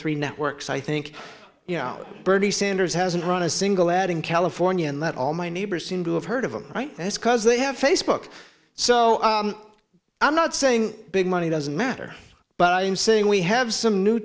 three networks i think you know bernie sanders hasn't run a single ad in california and that all my neighbors seem to have heard of i'm right that's because they have facebook so i'm not saying big money doesn't matter but i'm saying we have some new